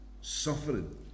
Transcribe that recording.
suffering